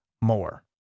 more